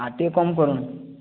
ଆଉ ଟିକେ କମ କରନ୍ତୁ